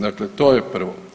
Dakle, to je prvo.